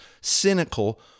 cynical